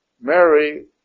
Mary